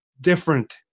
different